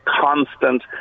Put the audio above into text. constant